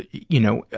you know,